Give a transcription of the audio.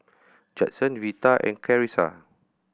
Judson Vita and Carisa